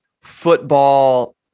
football